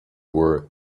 were